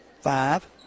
five